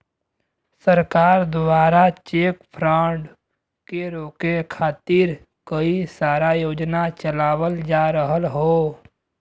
सरकार दवारा cheque fraud के रोके खातिर कई सारा योजना चलावल जा रहल हौ